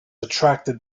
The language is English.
attracted